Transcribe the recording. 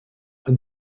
and